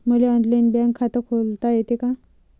मले online bank खात खोलता येते का?